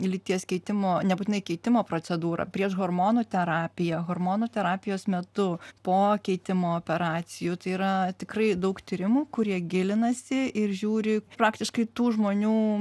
lyties keitimo nebūtinai keitimo procedūrą prieš hormonų terapiją hormonų terapijos metu po keitimo operacijų tai yra tikrai daug tyrimų kurie gilinasi ir žiūri praktiškai tų žmonių